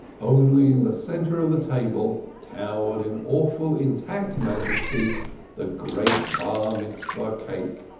only in the centre of the table towered in awful intact majesty the great bar-mitzvah cake,